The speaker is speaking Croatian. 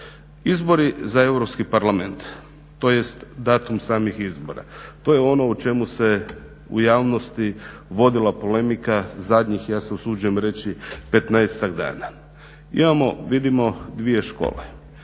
Izbori za Europski parlament tj. datum samih izbora. To je ono o čemu se u javnosti vodila polemika zadnjih ja se usuđujem reći 15-ak dana. Imamo vidimo dvije škole.